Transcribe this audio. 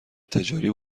تجاری